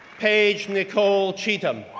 paige nicole cheatham,